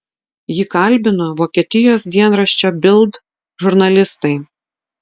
jį kalbino vokietijos dienraščio bild žurnalistai